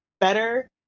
better